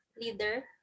leader